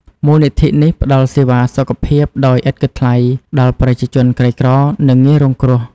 មូលនិធិនេះផ្តល់សេវាសុខភាពដោយឥតគិតថ្លៃដល់ប្រជាជនក្រីក្រនិងងាយរងគ្រោះ។